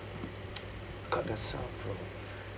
got the sound from